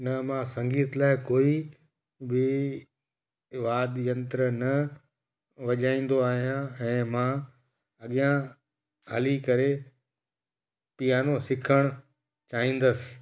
न मां संगीत लाइ कोई बि वाद्द यंत्र न वॼाईंदो आहियां ऐं मां अॻियां हली करे प्यानो सिखणु चाहींदुसि